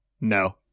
no